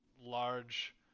large